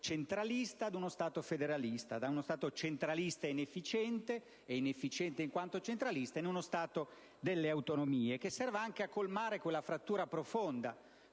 centralista ad uno Stato federalista; da uno Stato centralista ed inefficiente, ed inefficiente in quanto centralista, in uno Stato delle autonomie, che serva anche a colmare quella frattura profonda